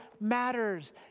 matters